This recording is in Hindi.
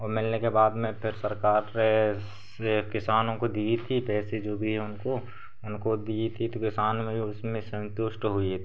और मिलने के बाद में फिर सरकार से से किसानों को दी थी पैसे जो भी हैं उनको उनको दी थी तो किसान भी उसमें सन्तुष्ट हुए थे